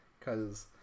cause